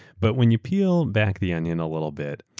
but when you peel back the onion a little bit,